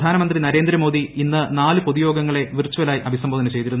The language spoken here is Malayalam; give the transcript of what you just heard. പ്രധാനമന്ത്രി നരേന്ദ്രമോദി ഇന്ന് നാല് പൊതുയോഗങ്ങളെ വിർചലായി അഭിസംബോധന ചെയ്തിരുന്നു